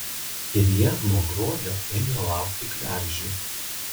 ir jie nuo gruodžio ėmė laukti kregždžių